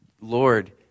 Lord